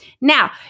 Now